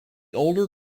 older